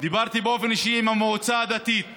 דיברתי באופן אישי עם המועצה הדתית הדרוזית,